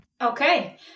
Okay